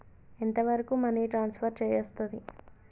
ఎంత వరకు money transfer చేయస్తది?